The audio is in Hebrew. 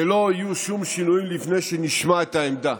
שלא יהיו שום שינויים לפני שנשמע את העמדה,